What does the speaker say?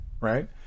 right